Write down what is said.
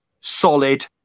solid